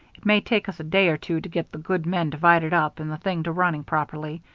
it may take us a day or two to get the good men divided up and the thing to running properly,